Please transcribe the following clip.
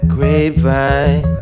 Grapevine